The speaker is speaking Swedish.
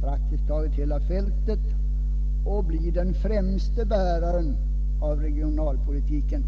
praktiskt taget hela fältet och bli den främsta bäraren av regionalpolitiken.